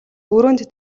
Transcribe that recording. өрөөнд